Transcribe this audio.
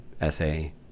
essay